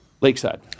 Lakeside